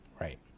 Right